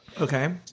Okay